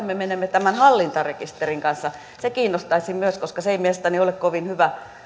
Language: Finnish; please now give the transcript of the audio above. me menemme tämän hallintarekisterin kanssa se kiinnostaisi myös koska se ei mielestäni ole kovin hyvä